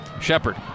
Shepard